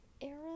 era